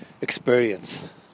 experience